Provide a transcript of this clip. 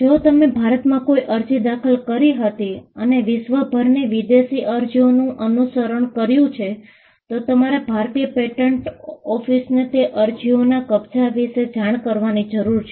જો તમે ભારતમાં કોઈ અરજી દાખલ કરી હતી અને વિશ્વભરની વિદેશી અરજીઓનું અનુસરણ કર્યું છે તો તમારે ભારતીય પેટન્ટ ઓફિસને તે અરજીઓના કબજા વિશે જાણ કરવાની જરૂર છે